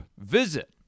Visit